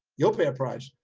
you'll pay a price.